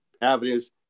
avenues